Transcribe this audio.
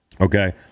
Okay